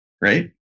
right